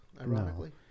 Ironically